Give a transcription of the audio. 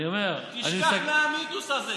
אני אומר, תשכח מהמיתוס הזה.